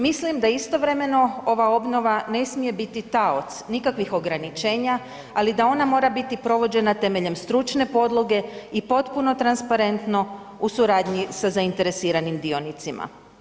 Mislim da istovremeno ova obnova ne smije biti taoc nikakvih ograničenja, ali da ona mora biti provođena temeljem stručne podloge i potpuno transparentno u suradnji sa zainteresiranim dionicima.